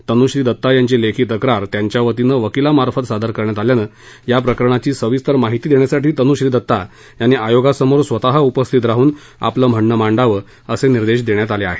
तनुश्री दत्ता यांची लेखी तक्रार त्यांच्यावतीनं वकिलामार्फत सादर करण्यात आल्यानं या प्रकरणाची सविस्तर माहिती देण्यासाठी तनृश्री दत्ता यांनी आयोगासमोर स्वतः उपस्थित राहन आपलं म्हणणं मांडावं असे निर्देश देण्यात आले आहेत